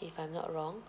if I'm not wrong